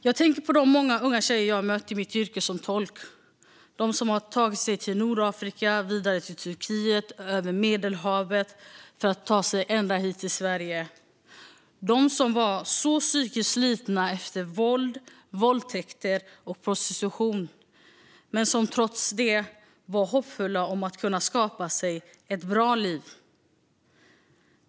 Jag tänker på de många unga tjejer jag mött i mitt yrke som tolk - de som hade tagit sig till Nordafrika, vidare till Turkiet och över Medelhavet för att ta sig ända hit till Sverige, som var psykiskt slitna efter våld, våldtäkter och prostitution men trots det hoppfulla om att kunna skapa sig ett bra liv.